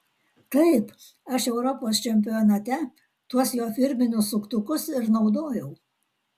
taip aš europos čempionate tuos jo firminius suktukus ir naudojau